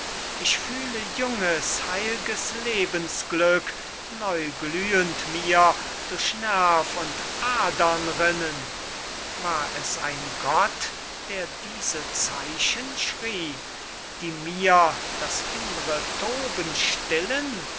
ich fühle junges heil'ges lebensglück neuglühend mir durch nerv und adern rinnen war es ein gott der diese zeichen schrieb die mir das innre toben